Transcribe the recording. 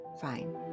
fine